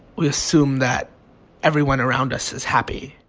we assume that everyone around us is happy